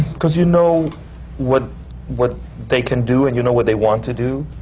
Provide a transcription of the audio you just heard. because you know what what they can do and you know what they want to do.